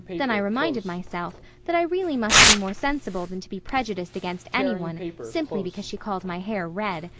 then i reminded myself that i really must be more sensible than to be prejudiced against any one simply because she called my hair red.